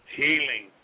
healing